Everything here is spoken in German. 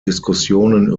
diskussionen